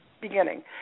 beginning